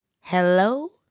Hello